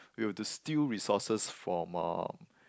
we have to steal resources from uh